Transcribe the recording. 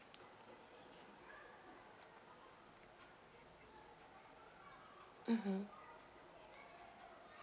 mmhmm